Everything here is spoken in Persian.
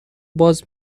باز